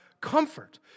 comfort